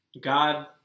God